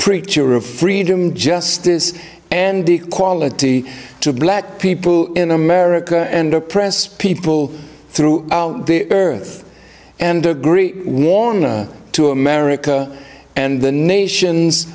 preacher of freedom justice and equality to black people in america and oppressed people through the earth and agree warna to america and the nations